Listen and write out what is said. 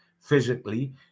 physically